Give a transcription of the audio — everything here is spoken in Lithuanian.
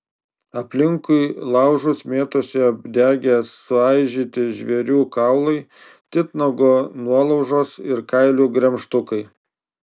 aplinkui laužus mėtosi apdegę suaižyti žvėrių kaulai titnago nuolaužos ir kailių gremžtukai